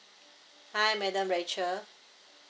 hi madam rachel